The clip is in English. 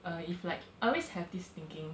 err if like I always have this thinking